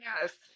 yes